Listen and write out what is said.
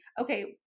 okay